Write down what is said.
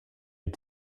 had